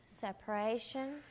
separation